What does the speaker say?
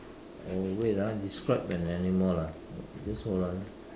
oh wait ah describe an animal lah just hold on